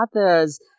others